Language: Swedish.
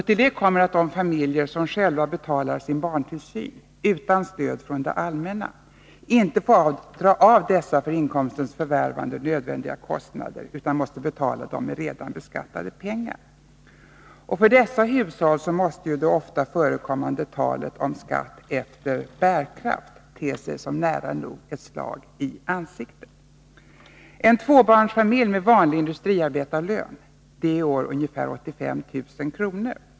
Till detta kommer att de familjer som själva betalar sin barntillsyn, utan stöd från det allmänna, inte får dra av dessa för inkomstens förvärvande nödvändiga kostnader, utan måste betala med redan beskattade pengar. För dessa hushåll måste det ofta förekommande talet om skatt efter bärkraft te sig som nära nog ett slag i ansiktet. En tvåbarnsfamilj med vanlig industriarbetarlön — det är i år ungefär ca 85 000 kr.